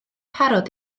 parod